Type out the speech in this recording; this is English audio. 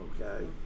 Okay